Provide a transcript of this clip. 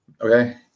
okay